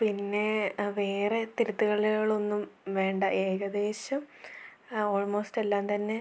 പിന്നേ ആ വേറെ തിരുത്തലുകളൊന്നും വേണ്ട ഏകദേശം ഓൾമോസ്റ്റെല്ലാം തന്നെ